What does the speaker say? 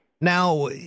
Now